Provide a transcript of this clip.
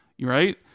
right